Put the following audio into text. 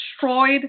destroyed